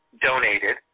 donated